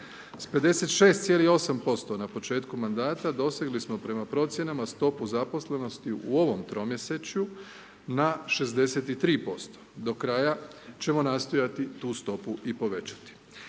S 56,8% na početku mandata, dosegli smo prema procjenama stopu zaposlenosti u ovom tromjesečju, na 63%, do kraja ćemo nastojati tu stopu i povećati.